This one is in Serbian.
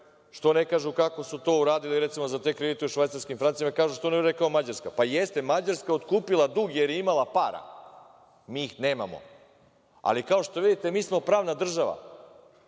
Što ne kažu kako su to uradili, recimo, za te kredite u švajcarskim francima, u Mađarskoj. Jeste, Mađarska je otkupila dug jer je imala para. Mi ih nemamo, ali kao što vidite mi smo pravna država